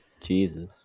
jesus